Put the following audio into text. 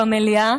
במליאה,